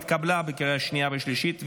התקבלה בקריאה שנייה ושלישית,